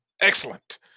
Excellent